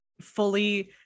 fully